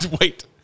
Wait